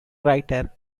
writer